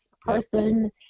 person